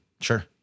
Sure